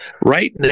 Right